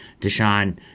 Deshaun